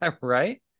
right